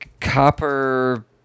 Copper